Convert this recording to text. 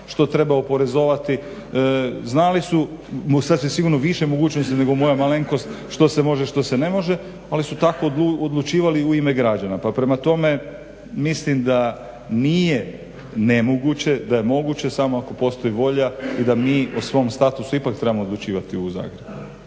što treba oporezovati. Znali su sasvim sigurno više mogućnosti nego moja malenkost što se može, što se ne može, ali su tako odlučivali u ime građana. Pa prema tome mislim da nije nemoguće, da je moguće samo ako postoji volja i da mi o svom statusu ipak trebamo odlučivati u Zagrebu.